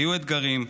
היו אתגרים,